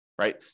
right